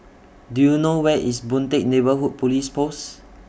Do YOU know Where IS Boon Teck Neighbourhood Police Post